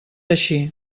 així